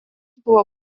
buvo